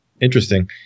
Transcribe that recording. Interesting